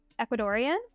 Ecuadorians